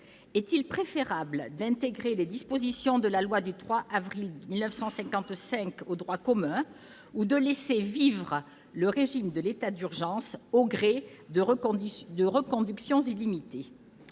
est-il préférable d'inscrire les dispositions de la loi du 3 avril 1955 dans le droit commun ou de laisser vivre le régime de l'état d'urgence au gré de reconductions illimitées ?